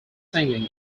singing